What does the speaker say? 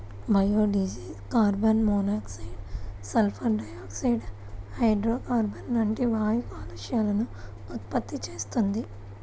biodiesel carbon monoxide, sulphur dioxide, హైడ్రోకార్బన్లు లాంటి వాయు కాలుష్యాలను ఉత్పత్తి చేస్తుంది